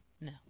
No